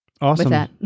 awesome